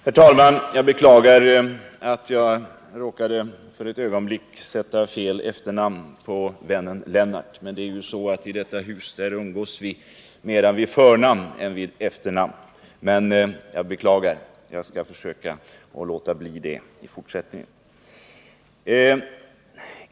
Herr talman! Jag beklagar att jag råkade sätta fel efternamn på vännen Lennart. Det är ju så att vi i detta hus umgås mera vid förnamn än vid efternamn, men jag beklagar felsägningen och skall försöka låta bli sådana i fortsättningen.